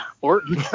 Orton